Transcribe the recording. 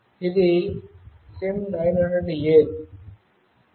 ఇది SIM900A GPS GPRS MODEM